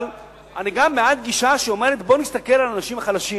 אבל אני גם בעד גישה שאומרת: בוא נסתכל על אנשים חלשים,